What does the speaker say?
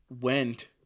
went